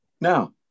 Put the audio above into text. Now